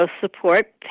support